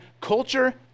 culture